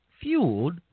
fueled